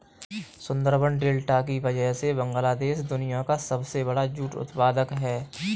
Sundarban delta की वजह से बांग्लादेश दुनिया का सबसे बड़ा जूट उत्पादक है